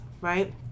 right